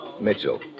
Mitchell